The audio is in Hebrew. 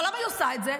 אבל למה היא עושה את זה?